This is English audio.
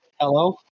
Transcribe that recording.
Hello